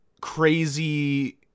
crazy